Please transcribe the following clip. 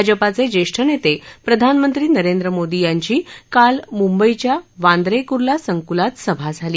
भाजपचे ज्येष्ठ नेते प्रधानमंत्री नरेंद्र मोदी यांची काल मंबईच्या वांद्रे कर्ला संकलात सभा झाली